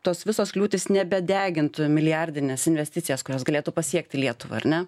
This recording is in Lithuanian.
tos visos kliūtys nebedegintų milijardines investicijas kurios galėtų pasiekti lietuvą ar ne